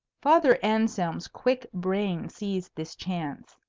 father anselm's quick brain seized this chance.